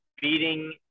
beating